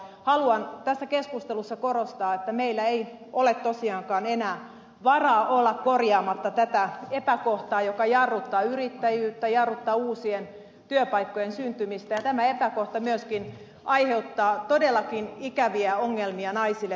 haluan tässä keskustelussa korostaa että meillä ei ole tosiaankaan enää varaa olla korjaamatta tätä epäkohtaa joka jarruttaa yrittäjyyttä jarruttaa uusien työpaikkojen syntymistä ja tämä epäkohta myöskin aiheuttaa todellakin ikäviä ongelmia naisille työmarkkinoilla